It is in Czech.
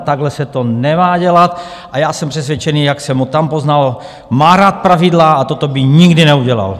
Takhle se to nemá dělat a já jsem přesvědčený, jak jsem ho tam poznal, má rád pravidla a toto by nikdy neudělal.